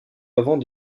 avant